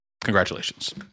Congratulations